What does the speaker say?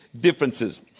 differences